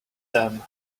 them